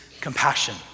compassion